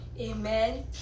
Amen